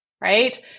Right